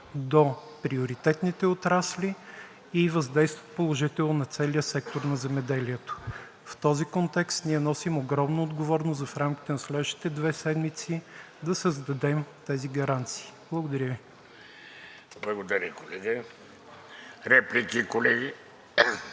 до приоритетните отрасли и въздействат положително на целия сектор на земеделието. В този контекст ние носим огромна отговорност в рамките на следващите две седмици да създадем тези гаранции. Благодаря Ви. ПРЕДСЕДАТЕЛ ВЕЖДИ РАШИДОВ: Благодаря, колега. Реплики, колеги?